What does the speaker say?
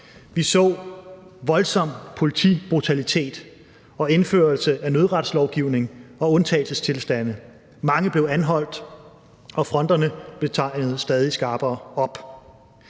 Vi så voldsom politibrutalitet og indførelse af nødretslovgivning og undtagelsestilstande. Mange blev anholdt, og fronterne blev tegnet stadig skarpere op.